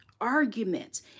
arguments